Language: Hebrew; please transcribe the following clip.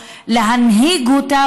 או להנהיג אותה,